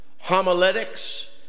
homiletics